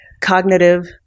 cognitive